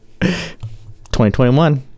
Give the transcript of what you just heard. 2021